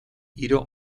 hiro